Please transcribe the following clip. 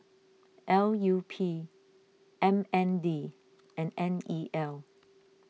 L U P M N D and N E L